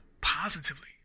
positively